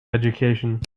education